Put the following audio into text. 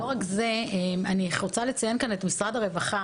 לא רק זה אלא שאני רוצה לציין כאן את משרד הרווחה